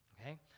okay